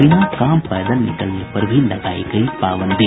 बिना काम पैदल निकलने पर भी लगायी गयी पाबंदी